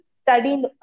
studying